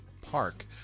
Park